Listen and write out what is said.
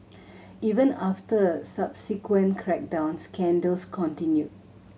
even after a subsequent crackdown scandals continued